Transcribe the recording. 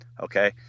Okay